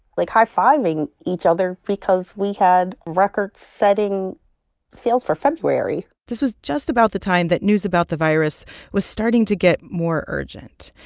like, high-fiving each other because we had record-setting sales for february this was just about the time that news about the virus was starting to get more urgent.